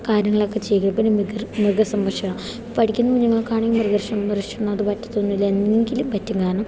കാര്യങ്ങളൊക്കെ ചെയ്യും പിന്നെ മൃഗസംരക്ഷണം പഠിക്കുന്ന കുഞ്ഞുങ്ങൾക്കാണെങ്കിൽ മൃഗസംരക്ഷണം അത് പറ്റത്തൊന്നും ഇല്ല എന്തിനെങ്കിലും പറ്റും കാരണം